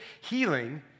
healing